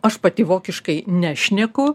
aš pati vokiškai nešneku